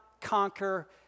conquer